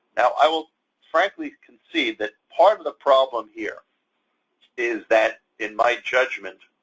i will frankly concede that part of the problem here is that in my judgment,